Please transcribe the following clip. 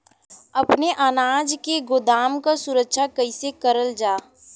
अपने अनाज के गोदाम क सुरक्षा कइसे करल जा?